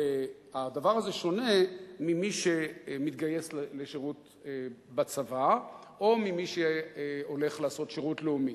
הדבר הזה שונה ממי שמתגייס לשירות בצבא או ממי שהולך לעשות שירות לאומי.